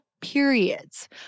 periods